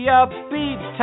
upbeat